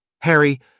Harry